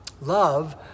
Love